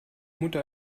mutter